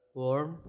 warm